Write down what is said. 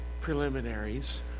preliminaries